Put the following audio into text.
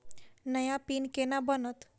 नया पिन केना बनत?